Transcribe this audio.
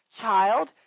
Child